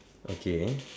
okay